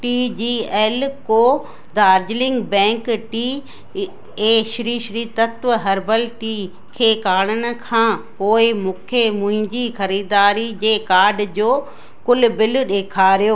T G L co Darjeeling bank tea ऐं Sri Sri Tattva herbal tea खे कारण खां पोएं मूंखे मुंहिंजी ख़रीदारी जे कार्ड जो कुलु बिल ॾेखारियो